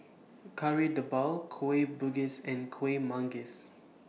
Kari Debal Kueh Bugis and Kueh Manggis